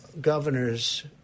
governors